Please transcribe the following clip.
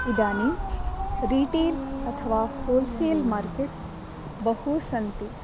इदानीं रीटेल् अथवा wholesale markets बहु सन्ति